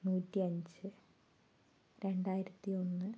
നൂറ്റിയഞ്ച് രണ്ടായിരത്തി ഒന്ന്